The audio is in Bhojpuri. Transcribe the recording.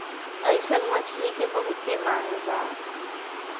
अइसन मछली के बहुते मांग बा